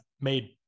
made